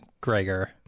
Gregor